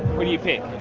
who do you pick?